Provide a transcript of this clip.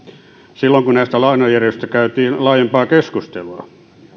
silloin kun näistä lainajärjestelyistä käytiin laajempaa keskustelua